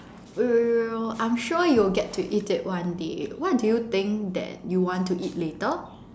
we will I'm sure you'll get to eat it one day what do you think that you want to eat later